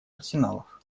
арсеналов